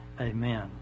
Amen